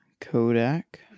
Kodak